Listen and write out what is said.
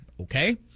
okay